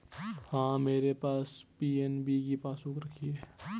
हाँ, मेरे पास पी.एन.बी की पासबुक रखी है